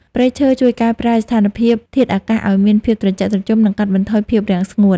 ព្រៃឈើជួយកែប្រែស្ថានភាពធាតុអាកាសឱ្យមានភាពត្រជាក់ត្រជុំ និងកាត់បន្ថយភាពរាំងស្ងួត។